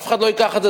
אף אחד לא ייקח את זה,